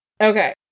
Okay